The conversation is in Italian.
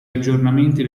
aggiornamenti